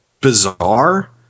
bizarre